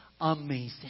amazing